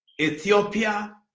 Ethiopia